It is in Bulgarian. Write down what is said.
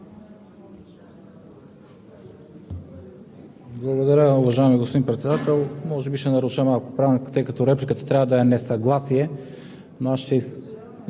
Благодаря, уважаеми господин Председател. Може би ще наруша малко Правилника, тъй като репликата трябва да е несъгласие,